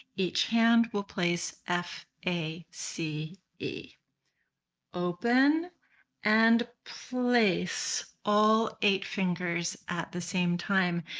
each hand will place f a c e open and place all eight fingers at the same time.